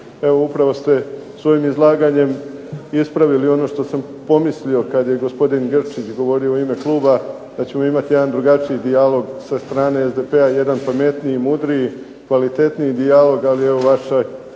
Evo upravo ste svojim izlaganjem ispravili ono što sam pomislio kad je gospodin Grčić govorio u ime kluba da ćemo imati jedan drugačiji dijalog sa strane SDP-a jedan pametniji, mudriji, kvalitetniji dijalog, ali evo vaše